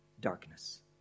darkness